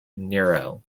nero